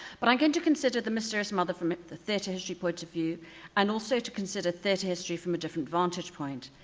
but i'm going to consider the mysterious mother from it the theater history point of view and also to consider theater history from a different vantage point.